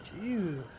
Jesus